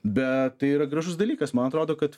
bet tai yra gražus dalykas man atrodo kad